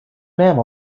mem